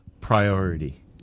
priority